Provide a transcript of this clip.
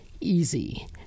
easy